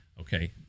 okay